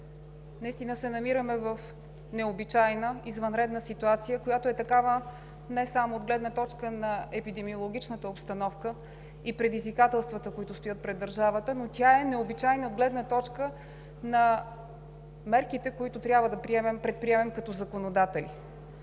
Наистина се намираме в необичайна извънредна ситуация, която е такава не само от гледна точка на епидемиологичната обстановка и предизвикателствата, които стоят пред държавата, но тя е необичайна от гледна точка на мерките, които трябва да предприемем като законодатели.